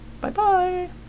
Bye-bye